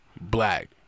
Black